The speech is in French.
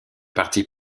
parti